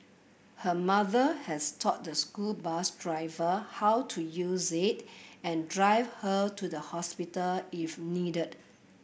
her mother has taught the school bus driver how to use it and drive her to the hospital if needed